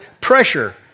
pressure